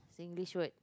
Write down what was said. Singlish word